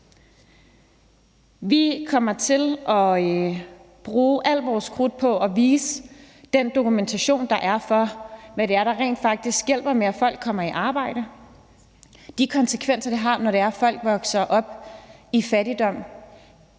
Vi kommer til at bruge al vores krudt på at vise den dokumentation, der er for, hvad det er, der rent faktisk hjælper med, at folk kommer i arbejde, og hvad det har af konsekvenser, når folk vokser op i fattigdom.